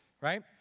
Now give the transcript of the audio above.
right